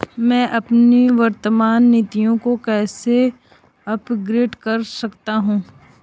मैं अपनी वर्तमान नीति को कैसे अपग्रेड कर सकता हूँ?